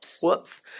Whoops